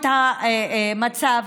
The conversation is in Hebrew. הכוח שבידי המעסיקים